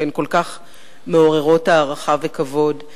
שהן כל כך מעוררות הערכה וכבוד,